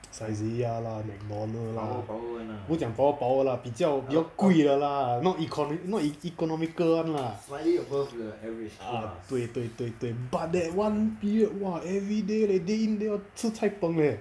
saizeriya ah McDonald's ah 不是讲 power power lah 比较比较贵的 lah not economic not economical [one] lah ah 对对对对 but right that one period !wah! everyday leh day in day out 吃 cai png leh